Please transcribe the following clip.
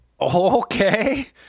Okay